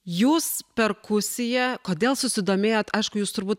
jūs perkusija kodėl susidomėjot aišku jūs turbūt